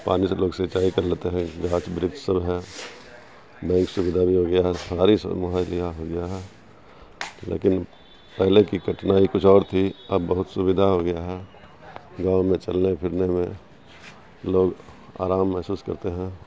پانی سے لوگ سینچائی کر لیتے ہیں گھاس برک سب ہے بینک سویدھا بھی ہو گیا ہے ساری سب مہلیا ہو گیا ہے لیکن پہلے کی کٹھنائی کچھ اور تھی اب بہت سویدھا ہو گیا ہے گاؤں میں چلنے پھرنے میں لوگ آرام محسوس کرتے ہیں